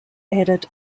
added